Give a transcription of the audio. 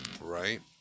Right